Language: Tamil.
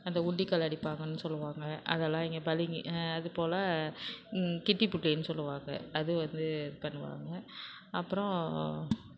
அந்த உண்டிக்கால் அடிப்பாங்கன்னு சொல்லுவாங்கள் அதெல்லாம் இங்கே பளிங்கு அது போல் கிட்டிப்புட்டின்னு சொல்லுவாங்கள் அது வந்து பண்ணுவாங்கள் அப்பறம்